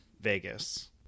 Vegas